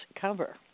cover